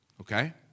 okay